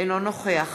אינו נוכח